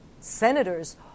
senators